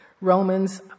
Romans